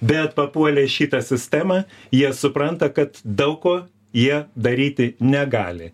bet papuolę į šitą sistemą jie supranta kad daug ko jie daryti negali